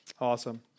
Awesome